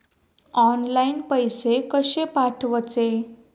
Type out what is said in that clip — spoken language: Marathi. ऑनलाइन पैसे कशे पाठवचे?